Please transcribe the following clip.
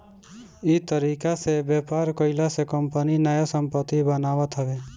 इ तरीका से व्यापार कईला से कंपनी नया संपत्ति बनावत हवे